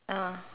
ah